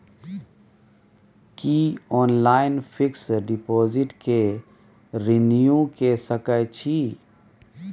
की online fix deposit के renew के सकै छी?